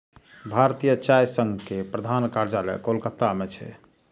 भारतीय चाय संघ के प्रधान कार्यालय कोलकाता मे छै